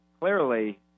clearly